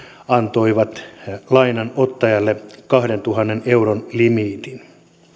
antoivat lainanottajalle kahdentuhannen euron limiitin